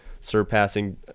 surpassing